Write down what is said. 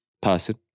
person